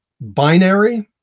binary